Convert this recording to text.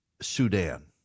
Sudan